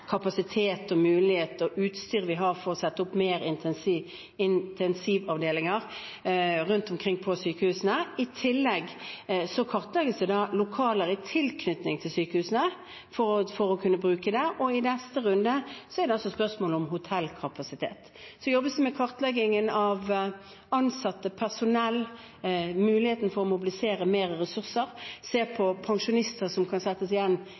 kapasitet, muligheter og utstyr til å sette opp flere intensivavdelinger rundt omkring på sykehusene. I tillegg kartlegges lokaler i tilknytning til sykehusene for å kunne bruke dem, og i neste runde er det altså spørsmål om hotellkapasitet. Så jobbes det med kartlegging av ansatte, personell, muligheten for å mobilisere flere ressurser, se på om pensjonister som er kvalifisert til å kunne hjelpe, igjen kan settes